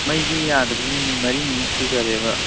ꯃꯩꯁꯤ ꯌꯥꯗꯕꯁꯤ ꯅꯨꯃꯤꯠ ꯃꯔꯤꯅꯤꯃꯨꯛ ꯁꯨꯖꯔꯦꯕ